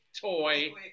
toy